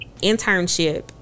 internship